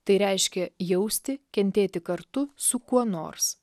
tai reiškia jausti kentėti kartu su kuo nors